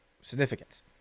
significance